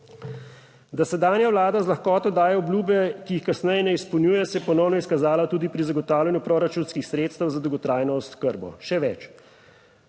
Da sedanja Vlada z lahkoto daje obljube, ki jih kasneje ne izpolnjuje, se je ponovno izkazalo tudi pri zagotavljanju proračunskih sredstev za dolgotrajno oskrbo. Še več,